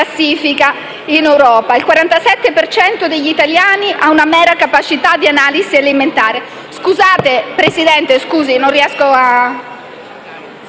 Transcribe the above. classifica in Europa. Il 47 per cento degli italiani ha una mera capacità di analisi elementare